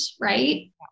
right